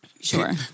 Sure